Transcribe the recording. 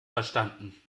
verstanden